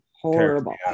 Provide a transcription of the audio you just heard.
horrible